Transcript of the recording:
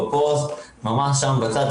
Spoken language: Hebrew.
משמעית לנוכח השיח שהיה על הנוער בתחילת הדיון,